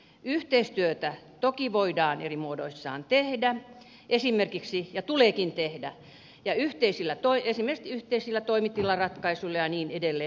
yhteistyötä toki voidaan eri muodoissaan tehdä ja sitä tuleekin tehdä esimerkiksi yhteisillä toimitilaratkaisuilla ja niin edelleen